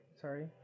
sorry